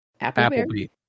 Applebee